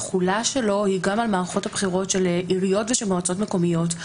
התחולה שלו היא גם על מערכות הבחירות של עיריות ומועצות מקומיות.